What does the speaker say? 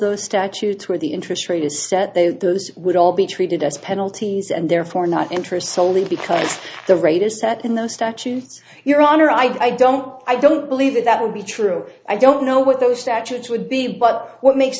those statutes where the interest rate is that they would all be treated as penalties and therefore not interest soley because the rate is set in those statutes your honor i don't i don't believe that that would be true i don't know what those statutes would be but what makes